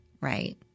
Right